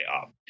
up